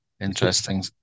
Interesting